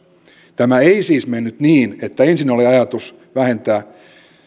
tämä ei siis mennyt niin että ensin oli ajatus vähentää